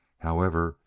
however,